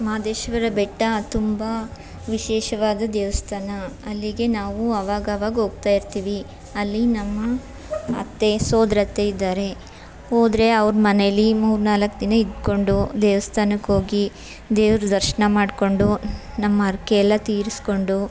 ಮಾದೇಶ್ವರ ಬೆಟ್ಟ ತುಂಬ ವಿಶೇಷವಾದ ದೇವಸ್ಥಾನ ಅಲ್ಲಿಗೆ ನಾವು ಅವಾಗವಾಗ ಹೋಗ್ತಾ ಇರ್ತೀವಿ ಅಲ್ಲಿ ನಮ್ಮ ಅತ್ತೆ ಸೋದರತ್ತೆ ಇದ್ದಾರೆ ಹೋದ್ರೆ ಅವ್ರ ಮನೇಲಿ ಮೂರು ನಾಲ್ಕು ದಿನ ಇದ್ದುಕೊಂಡು ದೇವಸ್ಥಾನಕ್ಕೋಗಿ ದೇವ್ರ ದರ್ಶನ ಮಾಡಿಕೊಂಡು ನಮ್ಮ ಹರ್ಕೆ ಎಲ್ಲ ತೀರಿಸ್ಕೊಂಡು